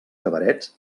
cabarets